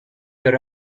your